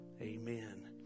Amen